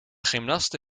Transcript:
gymnaste